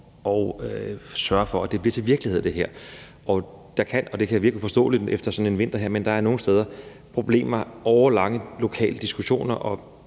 at sørge for, at det her bliver til virkelighed, ikke er særlig stor alle steder. Det kan virke uforståeligt efter sådan en vinter her, men der er nogle steder problemer og årelange lokale diskussioner.